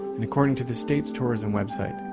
and according to the states' tourism website,